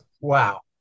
Wow